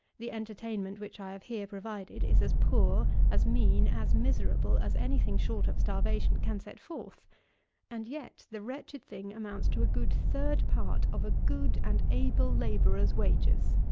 the entertainment which i have here provided is as poor, as mean, as miserable as any thing short of starvation can set forth and yet the wretched thing amounts to a good third part of a good and able labourer's wages!